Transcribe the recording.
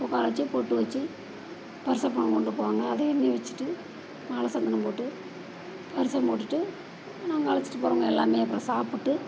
உட்கார வச்சு பொட்டு வச்சு பரிசம் பணம் கொண்டு போவாங்க அதையும் இதில் வச்சுட்டு மாலை சந்தனம் போட்டு பரிசம் போட்டுவிட்டு நாங்கள் அழைச்சிட்டு போகிறவங்க எல்லாமே அப்புறம் சாப்பிட்டு